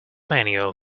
manual